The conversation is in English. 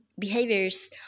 behaviors